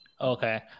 Okay